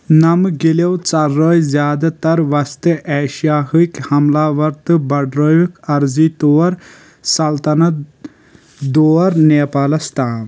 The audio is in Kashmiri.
نمہٕ گِلیٛو ژٔلرٲے زیادٕ تر وسطٕ ایشِیا ہٕکۍ حملاور تہٕ بَڑٲوِکھ عرضی طور سلطنت دور نیپالس تام